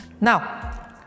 Now